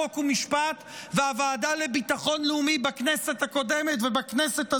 חוק ומשפט ושל הוועדה לביטחון לאומי בכנסת הקודמת ובכנסת הזו,